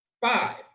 five